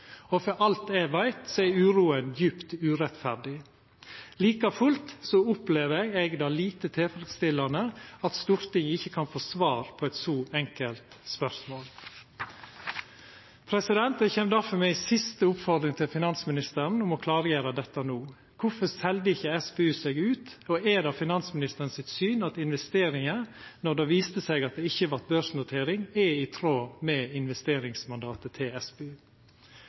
For alt eg veit, er uroa djupt urettferdig. Like fullt opplever eg det lite tilfredsstillande at Stortinget ikkje kan få svar på eit så enkelt spørsmål. Eg kjem derfor med ei siste oppfordring til finansministeren om å klargjera dette no: Kvifor selde ikkje SPU seg ut, og er det finansministerens syn at investeringa, når det viste seg at det ikkje vart børsnotering, er i tråd med investeringsmandatet til